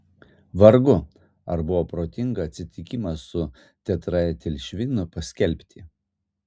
vargu ar buvo protinga atsitikimą su tetraetilšvinu paskelbti